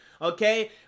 okay